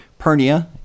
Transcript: Pernia